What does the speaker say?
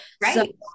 right